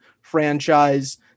franchise